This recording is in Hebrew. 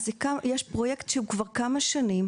אז יש פרויקט של כמה שנים,